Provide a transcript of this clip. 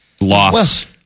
loss